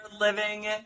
living